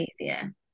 easier